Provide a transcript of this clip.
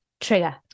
Trigger